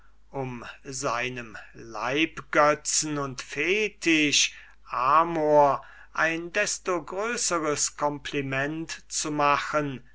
um seinem leibgötzen und fetisch amor ein desto größeres compliment zu machenden